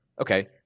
Okay